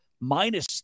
minus